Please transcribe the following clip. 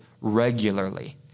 regularly